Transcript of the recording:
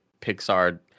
Pixar